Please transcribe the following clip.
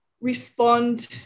respond